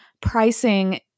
pricing